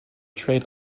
trade